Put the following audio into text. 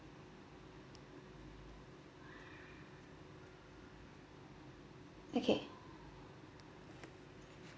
okay